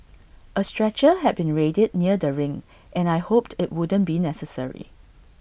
A stretcher had been readied near the ring and I hoped IT wouldn't be necessary